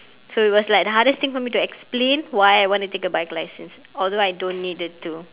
so it was like the hardest thing for me to explain why I want to take a bike license although I don't needed to